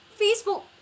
Facebook